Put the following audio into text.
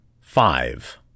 Five